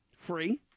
free